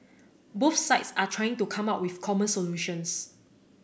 both sides are trying to come up with common solutions